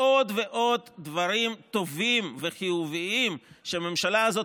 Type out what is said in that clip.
ועוד ועוד דברים טובים וחיוביים שהממשלה הזאת